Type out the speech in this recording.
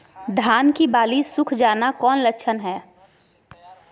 धान की बाली सुख जाना कौन लक्षण हैं?